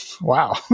Wow